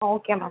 okay ma'am